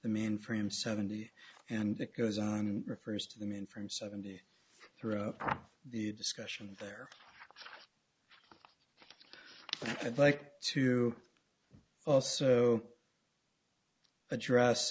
the mainframe seventy and it goes on and refers to the main from seventy through the discussion there i'd like to also address